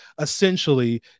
essentially